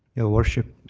your worship,